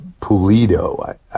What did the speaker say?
Pulido